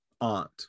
aunt